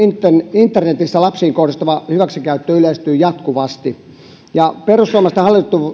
internetissä lapsiin kohdistuva hyväksikäyttö yleistyy jatkuvasti ja perussuomalaisten